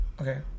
Okay